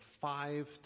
five